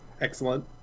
Excellent